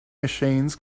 machines